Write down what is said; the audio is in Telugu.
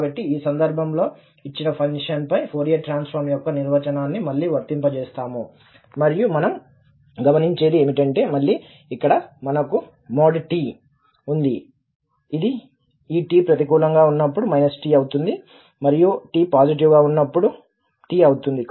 కాబట్టి ఈ సందర్భంలో ఇచ్చిన ఫంక్షన్పై ఫోరియర్ ట్రాన్స్ఫార్మ్ యొక్క నిర్వచనాన్ని మళ్లీ వర్తింపజేస్తాము మరియు మనం గమనించేది ఏమిటంటే మళ్లీ ఇక్కడ మనకు |t| ఉంది ఇది ఈ t ప్రతికూలంగా ఉన్నప్పుడు t అవుతుంది మరియు t పాజిటివ్గా ఉన్నప్పుడు t అవుతుంది